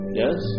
yes